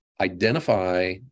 identify